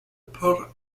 pour